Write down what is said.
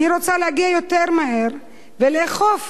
אני רוצה להגיע יותר מהר ולעקוף